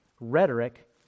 rhetoric